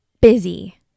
busy